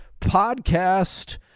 podcast